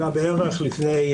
משפט.